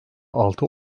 altı